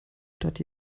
stadt